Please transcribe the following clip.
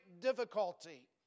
difficulty